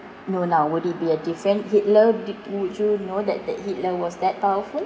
know now would it be a different hitler di~ would you know that that hitler was that powerful